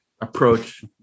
approach